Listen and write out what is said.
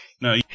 No